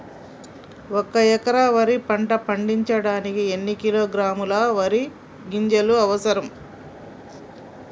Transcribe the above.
ఒక్క ఎకరా వరి పంట పండించడానికి ఎన్ని కిలోగ్రాముల వరి గింజలు అవసరం?